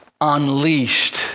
unleashed